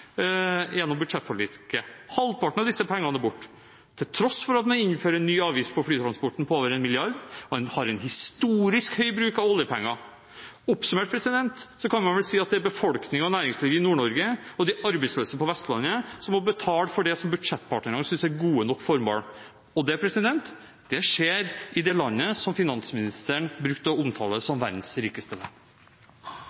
gjennom budsjettforliket. Halvparten av disse pengene er borte, til tross for at man innfører en ny avgift på flytransporten på over 1 mrd. kr og har en historisk høy bruk av oljepenger. Oppsummert kan man vel si at det er befolkningen og næringslivet i Nord-Norge og de arbeidsløse på Vestlandet som må betale for det som budsjettpartnerne synes er gode nok formå1. Og det skjer i det landet som finansministeren brukte å omtale som verdens rikeste